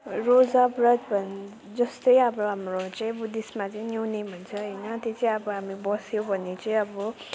रोजा व्रत भने जस्तै अब हाम्रो चाहिँ बुद्धिस्टमा चाहिँ न्युने भन्छ होइन त्यो चाहिँ अब हामी बस्यो भने चाहिँ अब